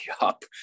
up